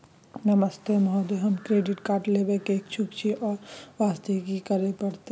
नमस्ते महोदय, हम credit card लेबे के इच्छुक छि ओ वास्ते की करै परतै?